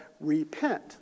Repent